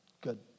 good